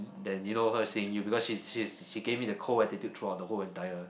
than you know her seeing you because she's she's she gave me the cold attitude throughout the whole entire